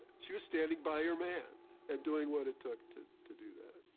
she was standing by her man and doing what it took to to do that